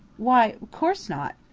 why, of course not.